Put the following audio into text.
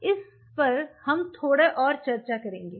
अब इस पर हम थोड़ा और चर्चा करेंगे